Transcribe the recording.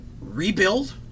rebuild